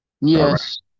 Yes